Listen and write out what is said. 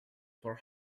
for